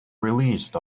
released